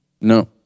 No